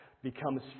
becomes